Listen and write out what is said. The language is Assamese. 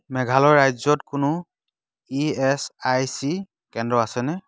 মেঘালয় ৰাজ্যত কোনো ই এচ আই চি কেন্দ্ৰ আছেনে